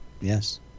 Yes